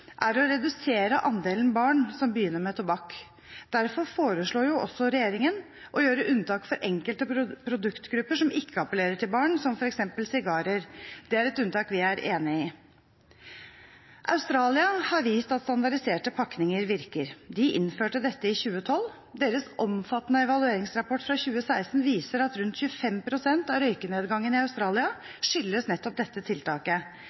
er å redusere andelen barn som begynner med tobakk. Derfor foreslår også regjeringen å gjøre unntak for enkelte produktgrupper som ikke appellerer til barn, som f.eks. sigarer. Det er et unntak vi er enig i. Australia har vist at standardiserte pakninger virker. De innførte dette i 2012, og deres omfattende evalueringsrapport fra 2016 viser at rundt 25 pst. av røykenedgangen i Australia skyldes nettopp dette tiltaket.